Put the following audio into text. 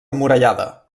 emmurallada